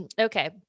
Okay